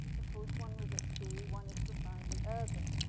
of course, one was at sea. one is profoundly urban.